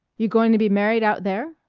you going to be married out there?